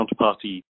counterparty